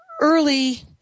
early